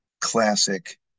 classic